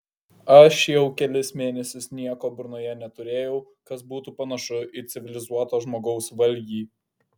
aš jau kelis mėnesius nieko burnoje neturėjau kas būtų panašu į civilizuoto žmogaus valgį